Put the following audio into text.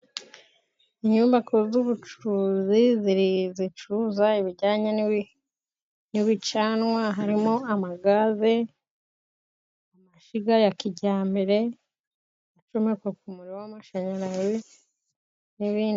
Inyubako z'ubucuruzi zicuruza ibijyanye n'ibicanwa. Harimo amagaze, amashyiga ya kijyambere acomekwa ku muriro w'amashanyarazi n'ibindi.